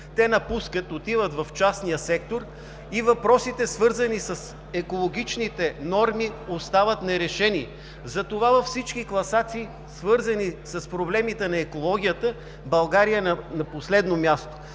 Те напускат, отиват в частния сектор и въпросите, свързани с екологичните норми, остават нерешени. Затова във всички класации, свързани с проблемите на екологията, България е на последно място.